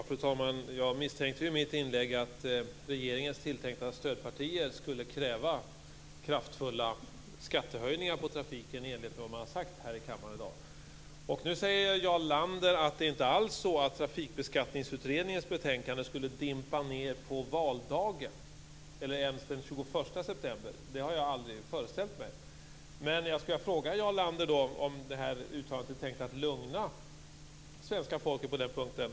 Fru talman! Jag misstänkte ju i mitt inlägg att regeringens tilltänkta stödpartier skulle kräva kraftfulla skattehöjningar på trafiken i enlighet med vad man har sagt här i kammaren i dag. Och nu säger Jarl Lander att det inte alls är så att trafikbeskattningsutredningens betänkande skulle dimpa ned på valdagen - eller ens den 21 september. Det har jag aldrig föreställt mig. Men jag skulle vilja fråga Jarl Lander om det här uttalandet är tänkt att lugna svenska folket på den punkten.